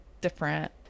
Different